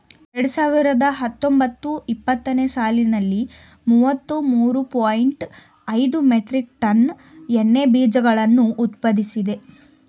ಎರಡು ಸಾವಿರದ ಹತ್ತೊಂಬತ್ತು ಇಪ್ಪತ್ತನೇ ಸಾಲಿನಲ್ಲಿ ಮೂವತ್ತ ಮೂರು ಪಾಯಿಂಟ್ ಐದು ಮೆಟ್ರಿಕ್ ಟನ್ ಎಣ್ಣೆ ಬೀಜಗಳನ್ನು ಉತ್ಪಾದಿಸಿದೆ